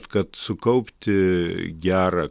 kad sukaupti gerą